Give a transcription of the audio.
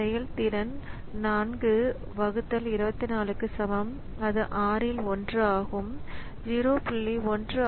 செயல்திறன் 4 24 க்கு சமம் அது 6 இல் 1 ஆகும் 0